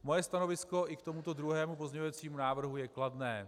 Moje stanovisko i k tomuto druhému pozměňovacímu návrhu je kladné.